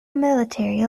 military